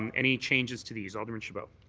and any changes to these. alderman chabot.